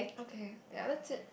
okay ya that's it